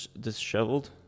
disheveled